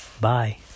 Bye